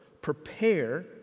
Prepare